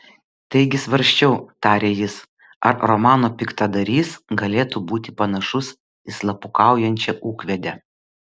taigi svarsčiau tarė jis ar romano piktadarys galėtų būti panašus į slapukaujančią ūkvedę